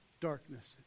Darkness